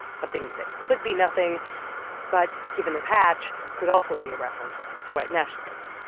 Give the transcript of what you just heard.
something that could be nothing but, given the patch, could also be a reference to white nationalism